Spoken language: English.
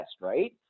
Right